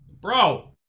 Bro